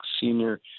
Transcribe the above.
senior